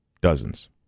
Dozens